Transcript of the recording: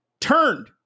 turned